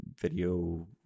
video